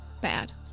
bad